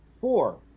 four